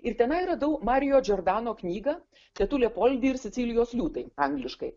ir tenai radau marijo džordano knygą tetulė poldi ir sicilijos liūtai angliškai